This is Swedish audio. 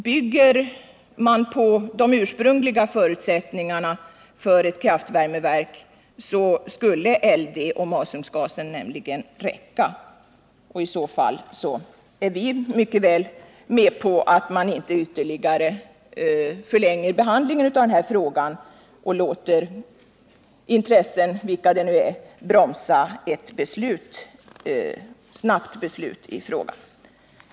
Bygger man på de ursprungliga förutsättningarna för ett kraftvärmeverk, skulle masugnsoch LD-gasen nämligen räcka. I så fall är vi med på att man inte ytterligare förlänger behandlingen av detta ärende och låter intressen, vilka de nu är, bromsa ett snabbt beslut.